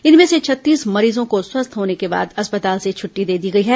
इनमें से छत्तीस मरीजों को स्वस्थ होने के बाद अस्पताल से छुट्टी दे दी गई है